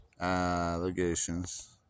allegations